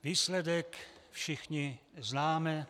Výsledek všichni známe.